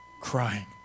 crying